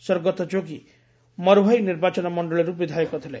ସ୍ୱର୍ଗତଃ ଯୋଗୀ ମରଓ୍ୱାହି ନିର୍ବାଚନ ମଣ୍ଡଳୀରୁ ବିଧାୟକ ଥିଲେ